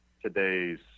today's